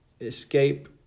escape